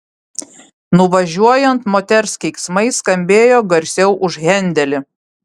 nuvažiuojant moters keiksmai skambėjo garsiau už hendelį